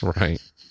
Right